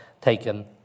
taken